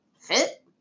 Fit